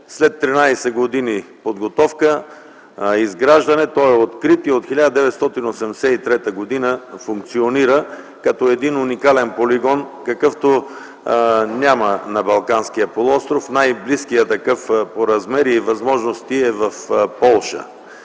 След 13 години подготовка и изграждане той е открит. От 1973 г. функционира като един уникален полигон, какъвто няма на Балканския полуостров. Най-близкият такъв по размери и възможности е в Полша.